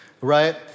right